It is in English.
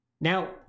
Now